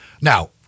Now